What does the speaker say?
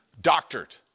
doctored